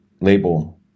label